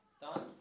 Done